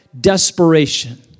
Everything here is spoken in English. desperation